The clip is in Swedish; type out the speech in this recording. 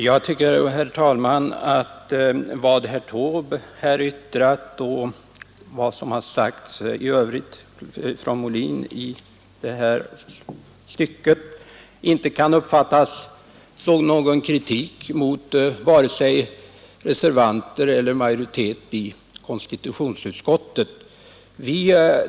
Nr 74 Herr talman! Vad herr Taube och herr Molin sagt i detta stycke kan ö å Torsdagen den inte uppfattas som någon kritik mot vare sig reservanterna eller g iori ; Hand IR ONE ÅR 26 april 1973 majoriteten i konstitutionsutskottet.